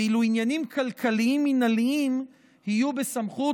ואילו עניינים כלכליים מינהליים יהיו בסמכות